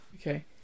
Okay